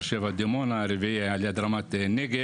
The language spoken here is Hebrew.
באר שבע דימונה והרביעי על יד רמת נגב.